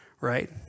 Right